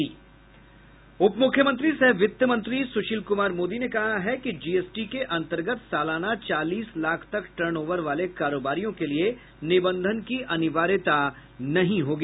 उप मुख्यमंत्री सह वित्त मंत्री सुशील कुमार मोदी ने कहा है कि जीएसटी के अंतर्गत सालाना चालीस लाख तक टर्नओवर वाले कारोबारियों के लिए निबंधन की अनिवार्यता नहीं होगी